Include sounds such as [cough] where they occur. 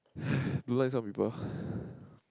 [breath] don't like some people [breath]